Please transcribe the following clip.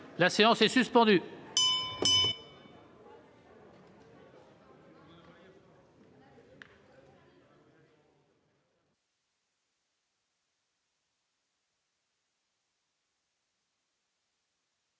La séance est suspendue.